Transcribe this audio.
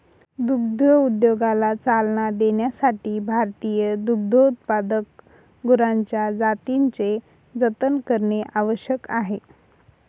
दुग्धोद्योगाला चालना देण्यासाठी भारतीय दुग्धोत्पादक गुरांच्या जातींचे जतन करणे आवश्यक आहे